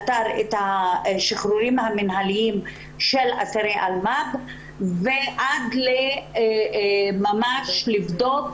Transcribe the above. השחרורים המינהליים של אסירים אלו עד שייבדק הנושא ולבדוק